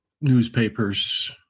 newspapers